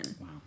Wow